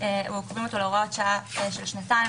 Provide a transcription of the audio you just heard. הופכים אותו להוראת שנה של שנתיים,